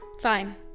Fine